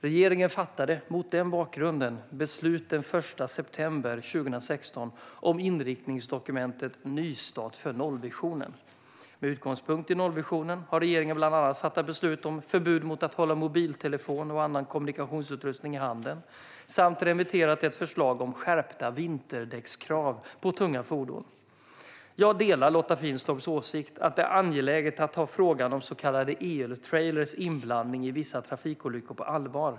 Regeringen fattade mot den bakgrunden beslut den 1 september 2016 om inriktningsdokumentet Nystart för nollvisionen . Med utgångspunkt i nollvisionen har regeringen bland annat fattat beslut om förbud mot att hålla mobiltelefon och annan kommunikationsutrustning i handen samt remitterat ett förslag om skärpta vinterdäckskrav på tunga fordon. Jag delar Lotta Finstorps åsikt att det är angeläget att ta frågan om så kallade EU-trailrars inblandning i vissa trafikolyckor på allvar.